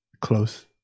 Close